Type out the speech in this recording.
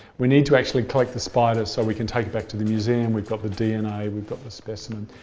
we need to actually collect the spider so we can take it back to the museum. we've got the dna, we've got the specimen.